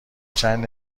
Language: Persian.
چند